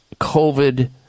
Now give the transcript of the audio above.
COVID